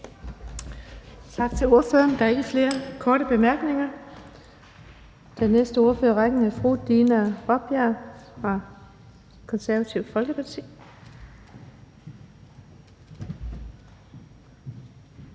Tak til ordføreren. Der er ikke flere korte bemærkninger. Den næste ordfører i rækken er fru Dina Raabjerg fra Det Konservative Folkeparti.